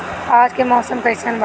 आज के मौसम कइसन बा?